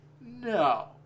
no